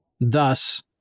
Thus